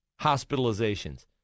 hospitalizations